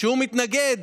שהוא מתנגד